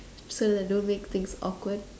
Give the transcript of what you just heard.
so that don't make things awkward